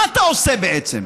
מה אתה עושה בעצם?